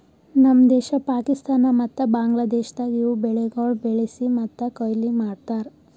ನಮ್ ದೇಶ, ಪಾಕಿಸ್ತಾನ ಮತ್ತ ಬಾಂಗ್ಲಾದೇಶದಾಗ್ ಇವು ಬೆಳಿಗೊಳ್ ಬೆಳಿಸಿ ಮತ್ತ ಕೊಯ್ಲಿ ಮಾಡ್ತಾರ್